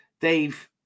Dave